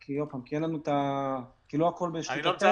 כי לא הכול בשליטתנו.